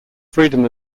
freedom